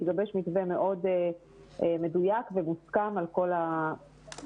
התגבש מתווה מאוד מדויק ומוסכם על כל הנושאים.